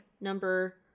number